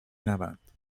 نبند